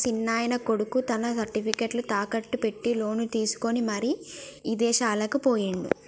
మా సిన్నాయన కొడుకు తన సర్టిఫికేట్లు తాకట్టు పెట్టి లోను తీసుకొని మరి ఇదేశాలకు పోయిండు